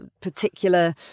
particular